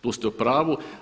Tu ste u pravu.